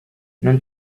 non